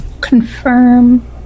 Confirm